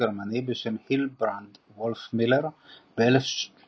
גרמני בשם הילדברנד-וולפמילר ב-1894.